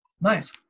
Nice